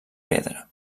pedra